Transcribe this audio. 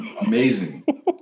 Amazing